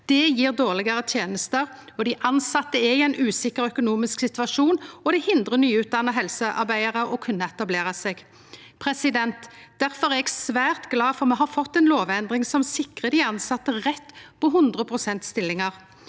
Det gjev dårlegare tenester, dei tilsette er i ein usikker økonomisk situasjon, og det hindrar nyutdanna helsearbeidarar i å kunne etablere seg. Difor er eg svært glad for at me har fått ei lovendring som sikrar dei tilsette rett på 100-prosentstillingar.